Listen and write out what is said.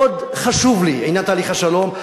מאוד חשוב לי עניין תהליך השלום,